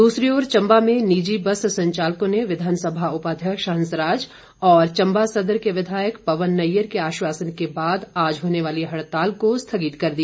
दूसरी ओर चम्बा में निजी बस संचालकों ने विधानसभा उपाध्यक्ष हंसराज और चम्बा सदर के विधायक पवन नैय्यर के आश्वासन के बाद आज होने वाली हड़ताल को स्थगित कर दिया